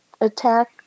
attack